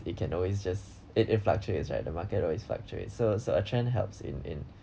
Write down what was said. it can always just it it fluctuates it right the market always fluctuates so so a chance helps in in